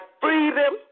freedom